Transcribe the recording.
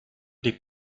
les